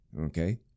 Okay